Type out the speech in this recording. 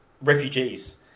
Refugees